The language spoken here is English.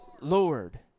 Lord